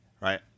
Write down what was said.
right